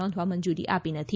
નોંધવા મંજુરી આપી નથી